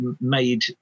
made